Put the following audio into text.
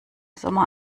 sommer